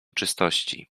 czystości